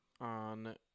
on